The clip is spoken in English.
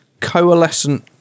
coalescent